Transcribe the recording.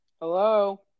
hello